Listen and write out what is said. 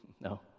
No